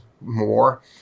more